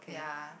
ya